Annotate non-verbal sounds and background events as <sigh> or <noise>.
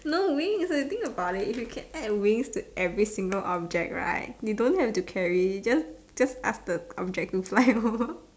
no wings if you think about it if you can add wings to every single object right you don't have to carry just just ask the object to fly lor <laughs>